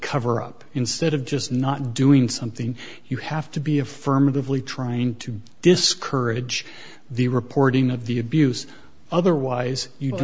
cover up instead of just not doing something you have to be affirmatively trying to discourage the reporting of the abuse otherwise you